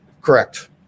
Correct